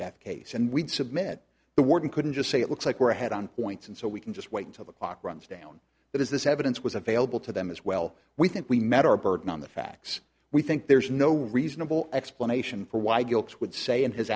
death case and we'd submit the warden couldn't just say it looks like we're ahead on points and so we can just wait until the clock runs down that is this evidence was available to them as well we think we met our burden on the facts we think there's no reasonable explanation for why gilks would say in his